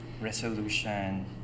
resolution